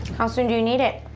how soon do you need it?